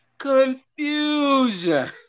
Confusion